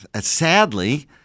Sadly